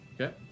Okay